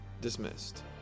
dismissed